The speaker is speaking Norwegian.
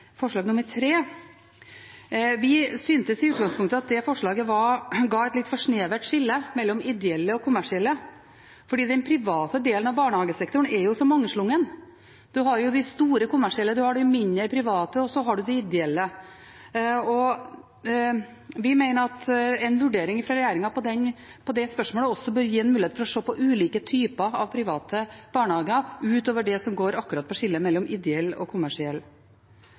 forslag nr. 3. Vi syntes i utgangspunktet at det forslaget ga et litt for snevert skille mellom ideelle og kommersielle fordi den private delen av barnehagesektoren jo er så mangslungen. Man har de store kommersielle, man har de mindre private, og så har man de ideelle. Vi mener at en vurdering fra regjeringen av det spørsmålet også bør gi en mulighet for å se på ulike typer private barnehager utover det som går akkurat på skillet mellom ideell og kommersiell.